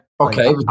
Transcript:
Okay